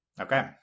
okay